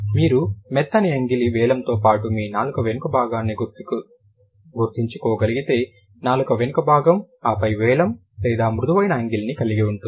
మీరు మెత్తని అంగిలి వేలమ్తో పాటు మీ నాలుక వెనుక భాగాన్ని గుర్తుంచుకోగలిగితే నాలుక వెనుక భాగం ఆపై వెలమ్ లేదా మృదువైన అంగిలి ని కలిగివుంటుంది